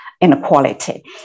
inequality